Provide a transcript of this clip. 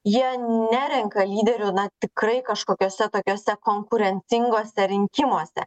jie nerenka lyderių na tikrai kažkokiose tokiose konkurencingose rinkimuose